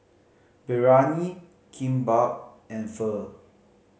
Biryani Kimbap and Pho